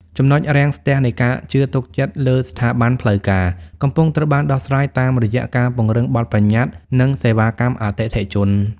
ចំណុចរាំងស្ទះនៃ "ការជឿទុកចិត្តលើស្ថាប័នផ្លូវការ" កំពុងត្រូវបានដោះស្រាយតាមរយៈការពង្រឹងបទប្បញ្ញត្តិ និងសេវាកម្មអតិថិជន។